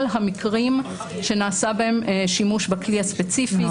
המקרים שנעשה בהם שימוש בכלי הספציפי.